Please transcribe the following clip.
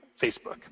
Facebook